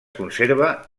conserva